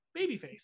Babyface